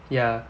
ya